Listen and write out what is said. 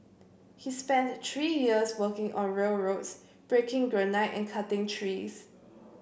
he spent the three years working on railroads breaking granite and cutting trees